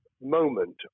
moment